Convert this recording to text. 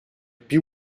più